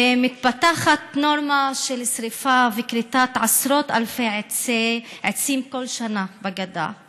ומתפתחת נורמה של שרפה וכריתה של עשרות אלפי עצים כל שנה בגדה,